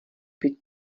být